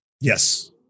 Yes